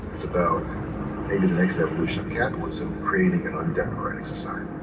it's about maybe the next evolution of capitalism creating an undemocratic society.